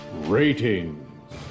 Ratings